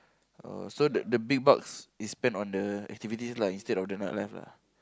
oh so the the big bucks is spent on the activities lah instead of the night life lah